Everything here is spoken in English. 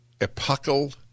epochal